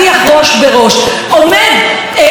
עומד נבחר ציבור,